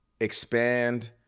expand